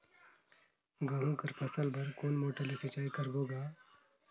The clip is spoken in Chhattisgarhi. गहूं कर फसल बर कोन मोटर ले सिंचाई करबो गा?